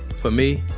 for me,